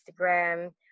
instagram